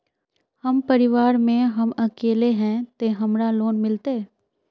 हम परिवार में हम अकेले है ते हमरा लोन मिलते?